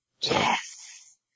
Yes